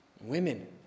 Women